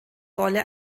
rolle